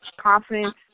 Confidence